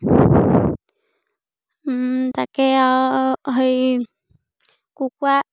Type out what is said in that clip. তাকে আৰু হেৰি কুকুৰা